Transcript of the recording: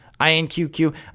INQQ